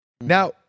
now